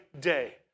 day